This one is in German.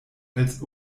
als